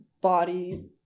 body